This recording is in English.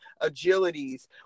agilities